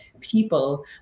people